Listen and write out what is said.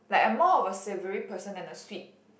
like I'm more of a savory person than a sweet